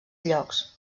llocs